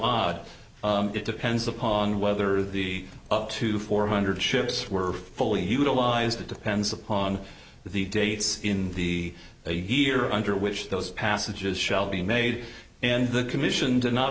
odd it depends upon whether the up to four hundred ships were fully utilized it depends upon the dates in the a year under which those passages shall be made and the commission did not